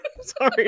Sorry